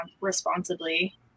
responsibly